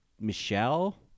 michelle